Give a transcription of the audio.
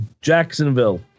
Jacksonville